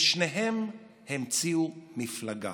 ושניהם המציאו מפלגה